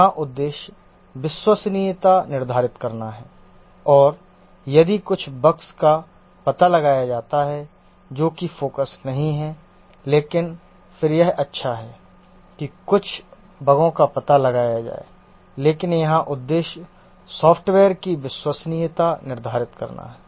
यहाँ उद्देश्य विश्वसनीयता निर्धारित करना है और यदि कुछ बग्स का पता लगाया जाता है जो कि फोकस नहीं है लेकिन फिर यह अच्छा है कि कुछ बगों का पता लगाया जाए लेकिन यहाँ उद्देश्य सॉफ्टवेयर की विश्वसनीयता निर्धारित करना है